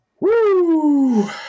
Woo